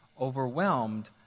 overwhelmed